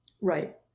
Right